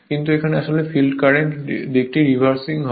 কিন্তু এখানে আসলে ফিল্ড কারেন্ট দিক রিভার্সিং হয়